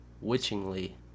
witchingly